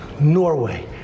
Norway